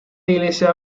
iglesia